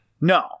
No